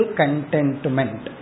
contentment